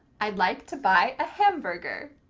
i'd like to buy a hamburger.